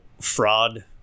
fraud